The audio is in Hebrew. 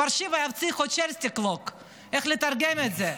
(אומרת דברים ברוסית.) איך לתרגם את זה?